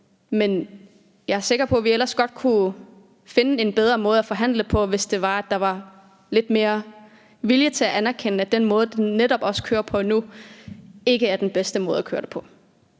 men jeg er sikker på, at vi ellers godt kunne finde en bedre måde at forhandle på, hvis der var lidt mere vilje til at anerkende, at den måde, det kører på nu, ikke er den bedste måde at køre det på.